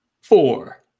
four